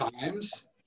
times